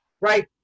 right